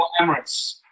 Emirates